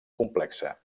complexa